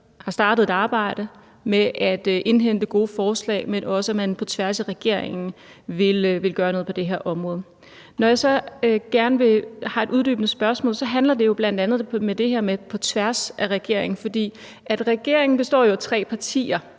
har startet et arbejde med at indhente gode forslag, men også, at man på tværs af regeringen vil gøre noget på det her område. Mit uddybende spørgsmål handler bl.a. om det her med »på tværs af regeringen«. Regeringen består jo af tre partier,